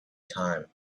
time